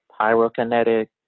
pyrokinetic